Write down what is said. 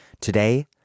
Today